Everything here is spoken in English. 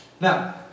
Now